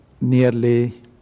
nearly